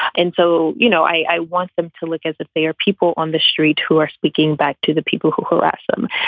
and so, you know, i want them to look as if they are people on the street who are speaking back to the people who who ask them.